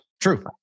True